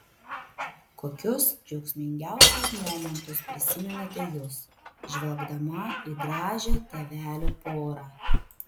kokius džiaugsmingiausius momentus prisiminėte jūs žvelgdama į gražią tėvelių porą